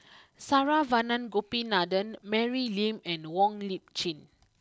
Saravanan Gopinathan Mary Lim and Wong Lip Chin